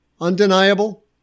Undeniable